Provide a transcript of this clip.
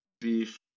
beef